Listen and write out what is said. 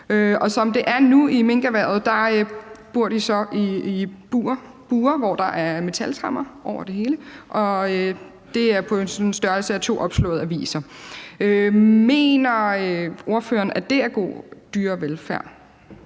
Som det er nu i minkerhvervet, bor de så i bure, hvor der er metaltremmer over det hele, og det er på en størrelse, der svarer til to opslåede aviser. Mener ordføreren, at det er god dyrevelfærd?